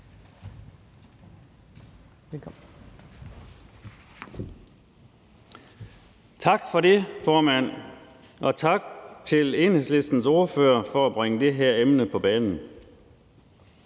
Tak for det, formand, og tak til Enhedslistens ordfører for at bringe det her emne på bane.